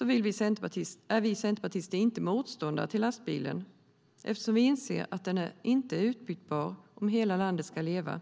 är vi centerpartister inte motståndare till lastbilen eftersom vi inser att den inte är utbytbar om hela landet ska leva.